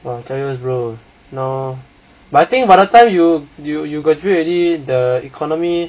!wah! I tell you bro now but I think by the time you you graduate already the economy